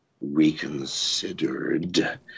reconsidered